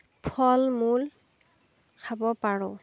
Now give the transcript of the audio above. ফল মূল খাব পাৰোঁ